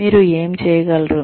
మీరు ఏమి చేయగలరు